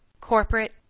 corporate